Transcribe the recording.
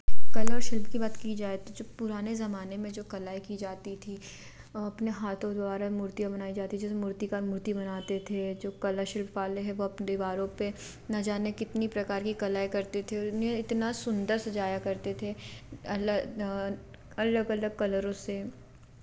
कला और शिल्प की बात की जाए तो जो पुराने ज़माने में जो कलाएँ की जाती थी अपने हाथों द्वारा मूर्तियाँ बनाई जाती जिसमें मूर्ति का मूर्ति बनाते थे जो कला शिल्प वाले हैं वे अपने दीवारों पर न जाने कितनी प्रकार की कलाएँ करते थे और इन्हें इतना सुंदर सजाया करते थे अलग अलग कलरों से